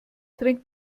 trink